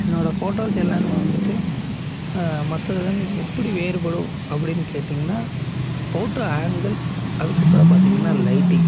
என்னோடய ஃபோட்டோஸ் எல்லாமே வந்துட்டு மற்றதுலேருந்து எப்படி வேறுபடும் அப்படின்னு கேட்டீங்கன்னால் ஃபோட்டோ ஆங்கிள் அதுக்கப்புறம் பார்த்தீங்கன்னா லைட்டிங்